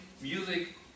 music